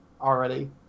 already